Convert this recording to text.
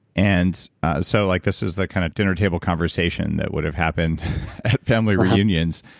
and so, like this is the kind of dinner table conversation that would have happened at family reunions.